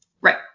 Right